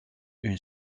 une